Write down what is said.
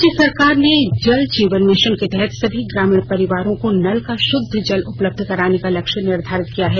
राज्य सरकार ने जल जीवन मिशन के तहत सभी ग्रामीण परिवारों को नल का शुद्ध जल उपलब्ध कराने का लक्ष्य निर्धारित किया है